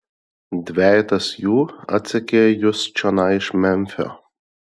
dvejetas jų atsekė jus čionai iš memfio